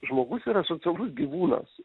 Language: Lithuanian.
žmogus yra socialus gyvūnas